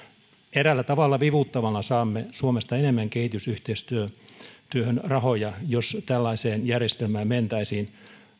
eräällä tavalla vivuttamalla saamme suomesta enemmän kehitysyhteistyöhön rahoja jos tällaiseen järjestelmään mentäisiin